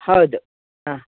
ಹೌದು ಆ